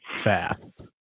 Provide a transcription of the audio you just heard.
fast